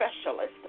specialist